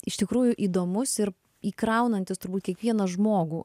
iš tikrųjų įdomus ir įkraunantis turbūt kiekvieną žmogų